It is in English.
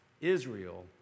Israel